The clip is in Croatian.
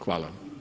Hvala.